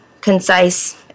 concise